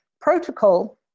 Protocol